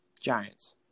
Giants